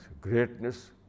greatness